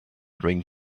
drink